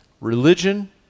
Religion